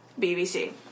BBC